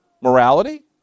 morality